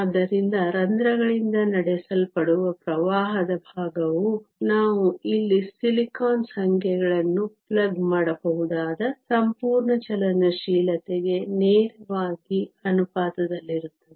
ಆದ್ದರಿಂದ ರಂಧ್ರಗಳಿಂದ ನಡೆಸಲ್ಪಡುವ ಪ್ರವಾಹದ ಭಾಗವು ನಾವು ಇಲ್ಲಿ ಸಿಲಿಕಾನ್ ಸಂಖ್ಯೆಗಳನ್ನು ಪ್ಲಗ್ ಮಾಡಬಹುದಾದ ಸಂಪೂರ್ಣ ಚಲನಶೀಲತೆಗೆ ನೇರವಾಗಿ ಅನುಪಾತದಲ್ಲಿರುತ್ತದೆ